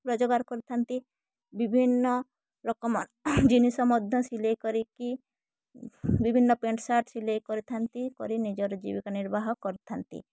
ରୋଜଗାର କରିଥାନ୍ତି ବିଭିନ୍ନ ରକମର ଜିନିଷ ମଧ୍ୟ ସିଲେଇ କରିକି ବିଭିନ୍ନ ପ୍ୟାଣ୍ଟ୍ ସାର୍ଟ୍ ସିଲେଇ କରିଥାନ୍ତି କରି ନିଜର ଜୀବିକା ନିର୍ବାହ କରିଥାନ୍ତି